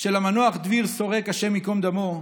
של המנוח דביר שורק, השם ייקום דמו,